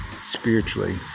spiritually